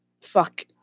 fuck